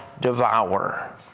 devour